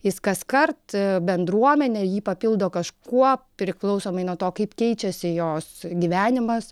jis kaskart bendruomenė jį papildo kažkuo priklausomai nuo to kaip keičiasi jos gyvenimas